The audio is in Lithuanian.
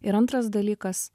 ir antras dalykas